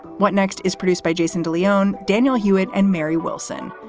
what next is produced by jason de leon, daniel hewitt and mary wilson.